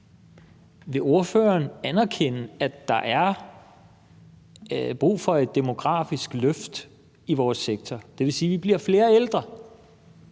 Vil ordføreren anerkende, at der er brug for et demografisk løft i vores sektor? Det vil sige, at vi bliver flere ældre,